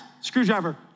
Screwdriver